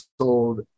sold